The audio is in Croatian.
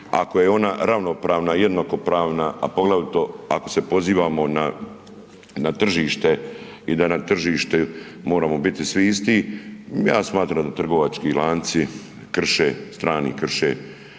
ako je ona ravnopravna, jednakopravna, a poglavito ako se pozivamo na tržište i da na tržište moramo biti svi isti, ja smatram da trgovački lanci krše, strani krše